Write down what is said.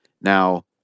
Now